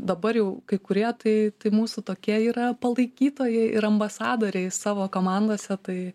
dabar jau kai kurie tai tai mūsų tokie yra palaikytojai ir ambasadoriai savo komandose tai